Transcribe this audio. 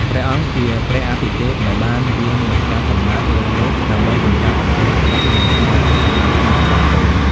ព្រះអង្គជាព្រះអាទិទេព ដែលបានយាងមកចាប់កំណើតលើលោកដើម្បីកម្ចាត់អំពើអាក្រក់ និងស្ដារសណ្ដាប់ធ្នាប់សង្គម ។